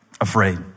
afraid